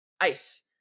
ice